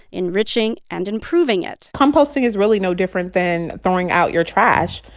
enriching and improving it composting is really no different than throwing out your trash.